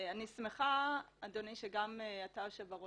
אני שמחה, אדוני, שגם אתה וגם